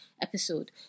episode